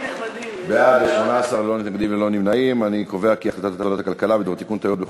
אבל מה עשו פה בכלל ההוצאה החדש?